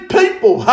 people